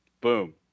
Boom